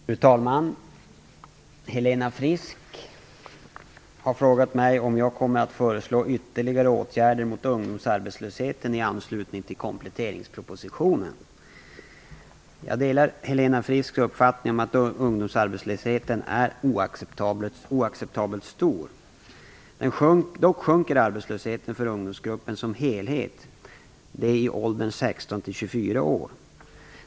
Fru talman! Helena Frisk har frågat mig om jag kommer att föreslå ytterligare åtgärder mot ungdomsarbetslösheten i anslutning till kompletteringspropositionen. Jag håller med Helena Frisk om att ungdomsarbetslösheten är oacceptabelt stor. Dock sjunker arbetslösheten för ungdomsgruppen som helhet, ungdomar i åldern 16-24 år.